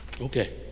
Okay